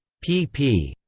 pp.